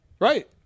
Right